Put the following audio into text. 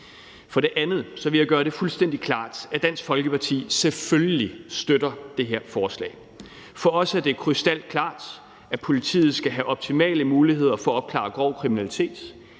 For det andet vil jeg gøre det fuldstændig klart, at Dansk Folkeparti selvfølgelig støtter det her forslag. For os er det krystalklart, at politiet skal have optimale muligheder for at opklare grov kriminalitet.